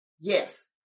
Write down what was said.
Yes